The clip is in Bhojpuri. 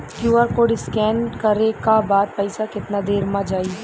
क्यू.आर कोड स्कैं न करे क बाद पइसा केतना देर म जाई?